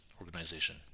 organization